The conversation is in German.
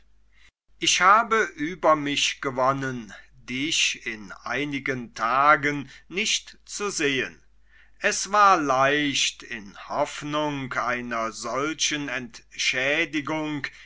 ich habe über mich gewonnen dich in einigen tagen nicht zu sehen es war leicht in hoffnung einer solchen entschädigung